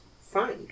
fine